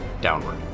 downward